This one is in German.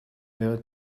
während